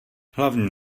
hlavní